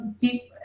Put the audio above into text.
people